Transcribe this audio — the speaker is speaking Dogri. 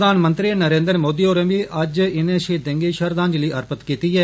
प्रधानमंत्री नरेन्द्र मोदी होरें बी अज्ज इनें षहीदें गी श्रद्वांजलि अर्पित कीती ऐ